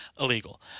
illegal